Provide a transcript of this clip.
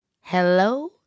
Hello